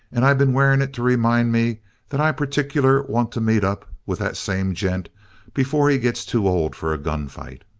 and i been wearing it to remind me that i particular want to meet up with that same gent before he gets too old for a gunfight